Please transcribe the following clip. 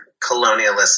colonialist